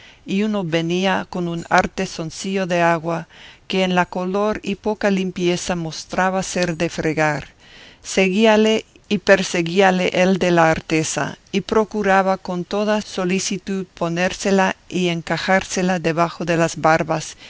y uno venía con un artesoncillo de agua que en la color y poca limpieza mostraba ser de fregar seguíale y perseguíale el de la artesa y procuraba con toda solicitud ponérsela y encajársela debajo de las barbas